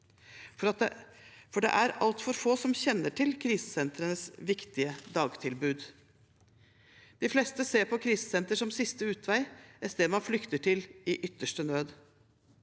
for det er altfor få som kjenner til krisesentrenes viktige dagtilbud. De fleste ser på krisesenter som siste utvei, et sted man flykter til i ytterste nød.